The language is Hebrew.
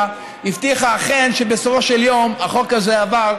הבטיחו שאכן בסופו של יום החוק הזה עבר.